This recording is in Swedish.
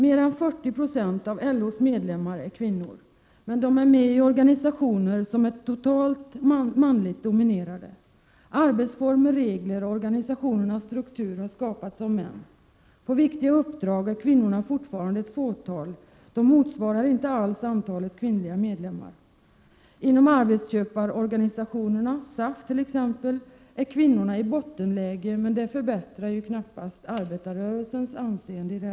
Mer än 40 20 av LO:s medlemmar är kvinnor, men de är med i organisationer som är totalt mansdominerade. Arbetsformer, regler och organisationernas struktur har skapats av män. På viktigare uppdrag är kvinnorna fortfarande ett fåtal, de motsvarar inte alls antalet kvinnliga medlemmar. Inom arbetsköparorganisationerna, SAF t.ex., är kvinnorna i bottenläge, men det förbättrar knappast arbetarrörelsens anseende.